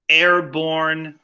airborne